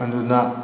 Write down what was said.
ꯑꯗꯨꯗ